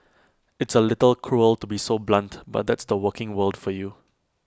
it's A little cruel to be so blunt but that's the working world for you